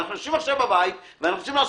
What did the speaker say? ואנחנו יושבים עכשיו בבית ורוצים לראות